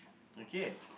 okay